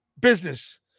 business